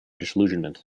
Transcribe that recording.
disillusionment